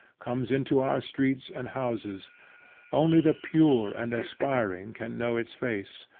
comes into our streets and houses only the pure and aspiring can know its face,